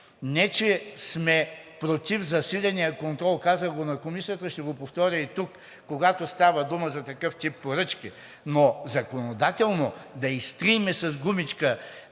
не че сме против засиления контрол, казах го на Комисията, ще го повторя и тук, когато става дума за такъв тип поръчки, но законодателно да изтрием с гумичка